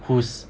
whose